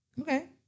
Okay